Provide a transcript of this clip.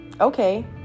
okay